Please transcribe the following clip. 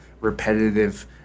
repetitive